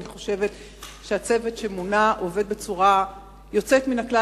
ואני חושבת שהצוות שמונה עובד בצורה יוצאת מן הכלל,